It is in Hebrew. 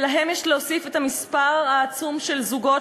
ולהם יש להוסיף את המספר העצום של זוגות